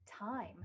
time